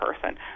person